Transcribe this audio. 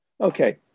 okay